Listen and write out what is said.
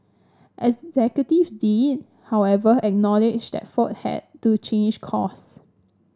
executive did however acknowledge that Ford has to change course